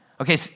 Okay